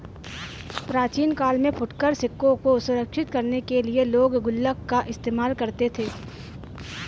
प्राचीन काल में फुटकर सिक्कों को सुरक्षित करने के लिए लोग गुल्लक का इस्तेमाल करते थे